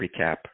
recap